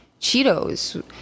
Cheetos